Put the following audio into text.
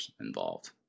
involved